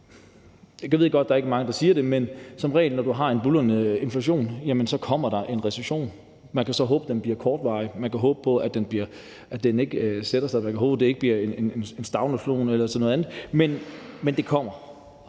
Jeg ved godt, at der ikke er mange, der siger det, men når du har en buldrende inflation, kommer der som regel en recession. Man kan så håbe, den bliver kortvarig, man kan håbe på, at den ikke sætter sig, man kan håbe, at det ikke bliver en stagnation eller noget andet, men den kommer.